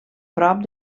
prop